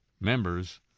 members